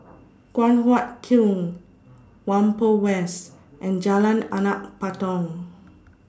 Guan Huat Kiln Whampoa West and Jalan Anak Patong